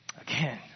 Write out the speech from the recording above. Again